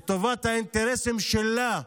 לטובת האינטרסים שלה,